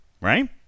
right